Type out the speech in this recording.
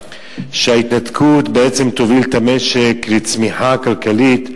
שההתנתקות בעצם תוביל את המשק לצמיחה כלכלית,